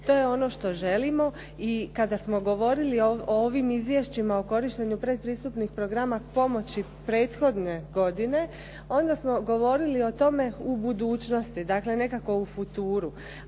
To je ono što želimo i kada smo govorili o ovim izvješćima o korištenju pretpristupnih programa pomoći prethodne godine onda smo govorili o tome u budućnosti, dakle nekako u futuru